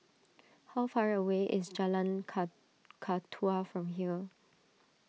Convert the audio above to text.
how far away is Jalan Kakatua from here